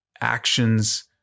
actions